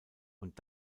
und